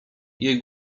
jej